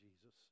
Jesus